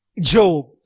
Job